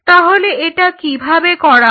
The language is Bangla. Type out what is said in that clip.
তাহলে এটা কিভাবে করা হয়